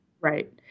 Right